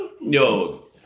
Yo